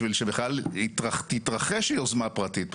בכלל שבכלל תתרחש יוזמה פרטית.